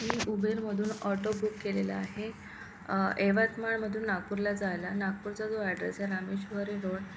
मी उबेरमधून auto book केलेला आहे यवतमाळमधून नागपूरला जायला नागपूरचा जो ॲड्रेस आहे रामेश्वरी रोड